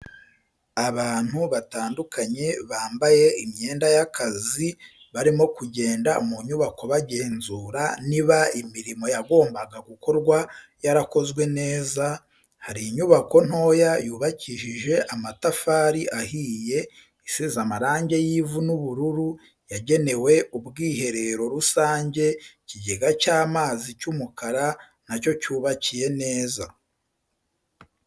Abantu batandukanye bambaye imyenda y'akazi barimo kugenda mu nyubako bagenzura niba imirimo yagombaga gukorwa yarakozwe neza, hari inyubako ntoya yubakishije amatafari ahiye isize amarangi y'ivu n'ubururu yagenewe ubwiherero rusange ikigega cy'amazi cy'umukara na cyo cyubakiye neza.